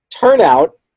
turnout